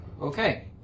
Okay